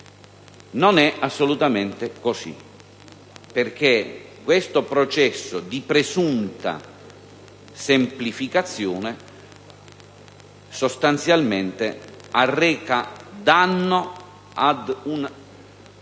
Non è assolutamente così, perché questo processo di presunta semplificazione arreca danno ad un